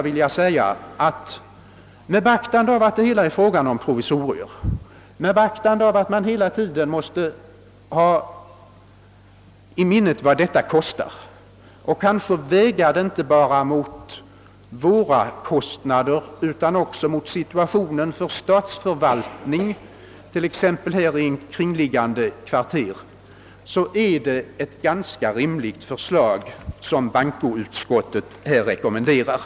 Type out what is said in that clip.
Med beaktande av att det hela är fråga om provisorier och att vi hela tiden måste ha i minnet vad detta kostar och väga det inte bara mot våra egna utgifter utan också mot situationen för statsförvaltningen, t.ex. i kringliggande kvarter, är det sammanfattningsvis ett ganska rimligt förslag som bankoutskottet rekommenderar.